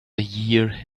year